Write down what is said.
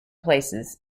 places